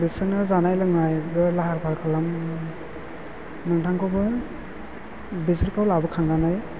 बिसोरनो जानाय लोंनायबो लाहार फाहार खालाम नोंथांखौबो बिसोरखौ लाबोखांनानै